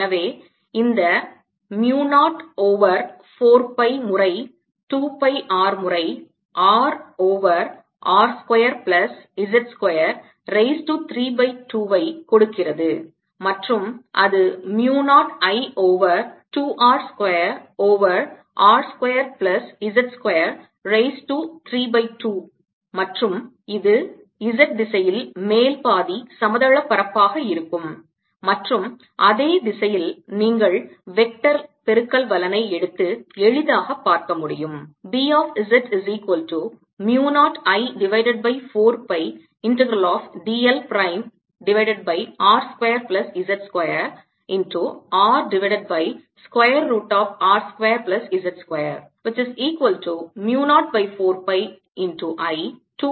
எனவே இந்த எனக்கு mu 0 ஓவர் 4 பை முறை 2 பை R முறை R over R square plus z square raise to 3 by 2 வை கொடுக்கிறது மற்றும் அது mu 0 I over 2 R square over R square plus z square raise to 3 by 2 மற்றும் இது z திசையில் மேல் பாதி சமதளப் பரப்பாக இருக்கும் மற்றும் அதே திசையில் நீங்கள் வெக்டர் பெருக்கல் பலனை எடுத்து எளிதாக பார்க்க முடியும்